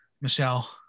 Michelle